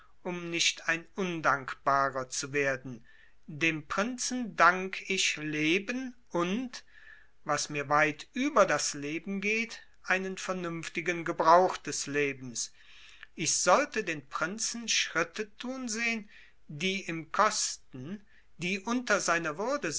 um nicht ein undankbarer zu werden dem prinzen dank ich leben und was mir weit über das leben geht einen vernünftigen gebrauch des lebens ich sollte den prinzen schritte tun sehen die ihm kosten die unter seiner würde